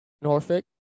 Norfolk